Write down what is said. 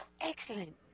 Excellent